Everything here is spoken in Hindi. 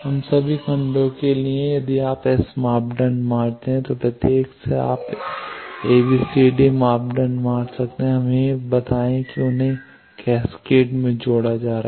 अब सभी खंडों के लिए यदि आप एस मापदंड पाते हैं तो प्रत्येक से आप एबीसीडी मापदंड पा सकते हैं हमें बताएं कि उन्हें कैस्केड में जोड़ा जा रहा है